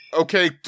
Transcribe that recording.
Okay